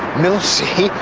mill c,